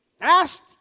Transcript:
asked